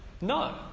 No